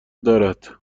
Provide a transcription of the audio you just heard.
دارد